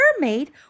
mermaid